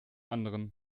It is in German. anderen